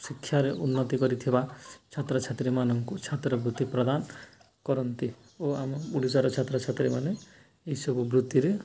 ଶିକ୍ଷାରେ ଉନ୍ନତି କରିଥିବା ଛାତ୍ରଛାତ୍ରୀମାନଙ୍କୁ ଛାତ୍ର ବୃତ୍ତି ପ୍ରଦାନ କରନ୍ତି ଓ ଆମ ଓଡ଼ିଶାର ଛାତ୍ରଛାତ୍ରୀମାନେ ଏହିସବୁ ବୃତ୍ତିରେ